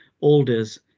Alders